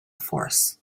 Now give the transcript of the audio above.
force